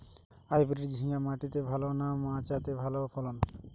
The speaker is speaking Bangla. হাইব্রিড ঝিঙ্গা মাটিতে ভালো না মাচাতে ভালো ফলন?